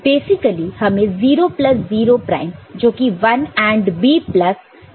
तो बेसिकली हमें 0 plus 0 prime जो कि 1 AND B प्लस 0 मिला है